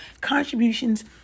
contributions